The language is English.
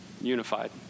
unified